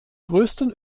größten